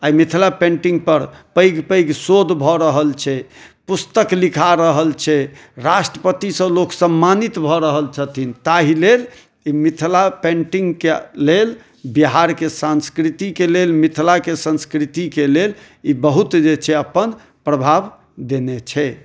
आइ Mithila painting पर पैघ पैघ शोध भऽ रहल छै पुस्तक लिखा रहल छै राष्ट्रपति सॅं लोक सम्मानित भऽ रहल छथिन ताहि लेल ई मिथिला पेंटिंगके लेल बिहार के सांस्कृतिके ले मिथिला के संस्कृतिके लेल ई बहुत जे छै अपन प्रभाव देने छै